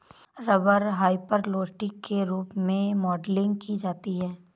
rubber hyperelastic के रूप में मॉडलिंग की जाती है